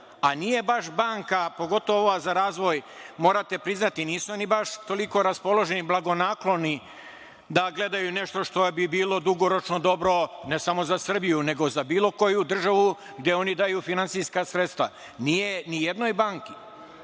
a banka, pogotovo ova za razvoj, nije baš toliko raspoložena i blagonaklona da gledaju nešto što bi bilo dugoročno dobro ne samo za Srbiju nego za bilo koju državu gde oni daju finansijska sredstva, nije ni jednoj banci